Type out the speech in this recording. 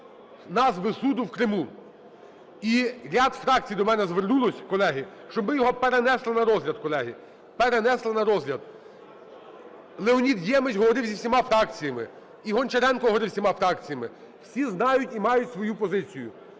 назви суду в Криму. І ряд фракцій до мене звернулось, колеги, щоб ми його перенесли на розгляд, колеги. Перенесли на розгляд. Леонід Ємець говорив з усіма фракціями. І Гончаренко говорив з усіма фракціями. Всі знають і мають свою позицію.